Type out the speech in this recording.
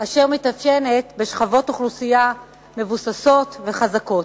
אשר מתאפיינת בשכבות אוכלוסייה מבוססות וחזקות.